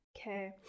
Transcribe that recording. okay